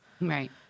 Right